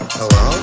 Hello